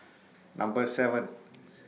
Number seven